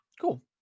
Cool